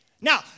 Now